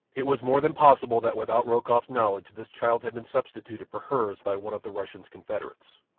it was more than possible that without rokoff's knowledge this child had been substituted for hers by one of the russian's confederates,